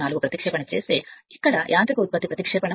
04 ప్రతిక్షేపణ ఇక్కడ యాంత్రిక ఉత్పత్తి ప్రతిక్షేపణ